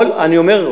אני אומר,